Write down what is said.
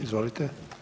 Izvolite.